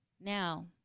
Now